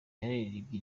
yaririmbye